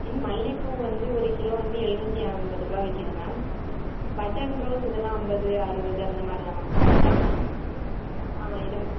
ம் மல்லிகைப்பூ வந்து ஒரு கிலோ வந்து எழுநூற்றி ஐம்பது ரூபா விற்கிது மேம் பட்டன் ரோஸ் இதெல்லாம் ஐம்பது அறுபது அந்தமாதிரி தான் மேம் கம்மி தான் மேம் ஆ இது